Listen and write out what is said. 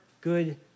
good